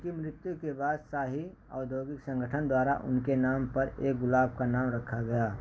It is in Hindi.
उनकी मृत्यु के बाद शाही औधोगिक संगठन द्वारा उनके नाम पर एक गुलाब का नाम रखा गया